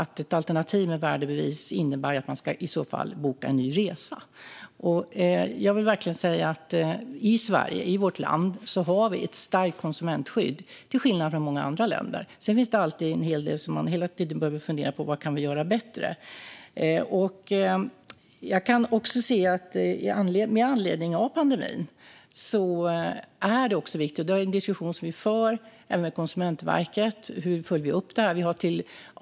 Ett alternativ med värdebevis innebär att de i så fall ska boka en ny resa. Jag vill verkligen säga att vi i Sverige har ett starkt konsumentskydd, till skillnad från många andra länder. Sedan finns det alltid en hel del som vi behöver fundera på om det kan göras bättre. Med anledning av pandemin är det viktigt hur vi följer upp detta, och det är en diskussion som vi för med Konsumentverket.